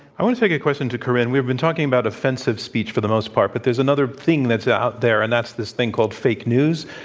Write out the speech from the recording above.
i want to a question to corynne. we've been talking about offensive speech for the most part. but there's another thing that's out there, and that's this thing called fake news.